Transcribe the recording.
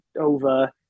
over